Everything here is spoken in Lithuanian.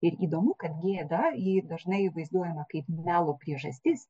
ir įdomu kad gėda ji dažnai vaizduojama kaip melo priežastis